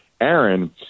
Aaron